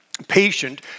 patient